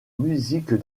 musique